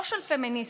לא של פמיניסטיות,